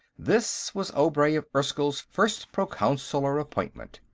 this was obray of erskyll's first proconsular appointment,